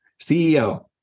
CEO